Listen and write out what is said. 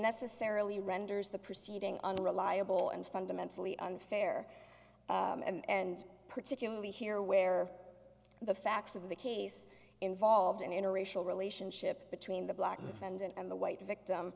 necessarily renders the proceeding unreliable and fundamentally unfair and particularly here where the facts of the case involved in interracial relationship between the black defendant and the white victim